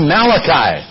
Malachi